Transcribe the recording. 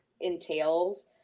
entails